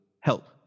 Help